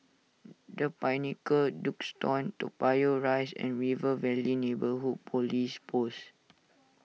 the Pinnacle Duxton Toa Payoh Rise and River Valley Neighbourhood Police Post